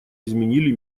изменили